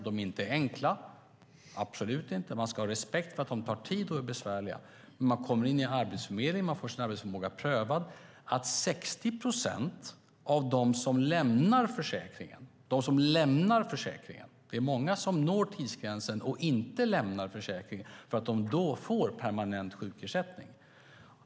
De är dock absolut inte enkla. Man ska ha respekt för att de tar tid och är besvärliga. Men man kommer in i Arbetsförmedlingen och får sin arbetsförmåga prövad. Det är många som når tidsgränsen men inte lämnar försäkringen för att de då får permanent sjukersättning.